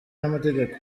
n’amategeko